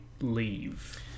leave